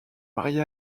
marié